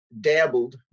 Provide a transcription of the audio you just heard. dabbled